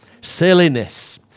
Silliness